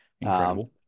Incredible